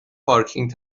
پارکینگ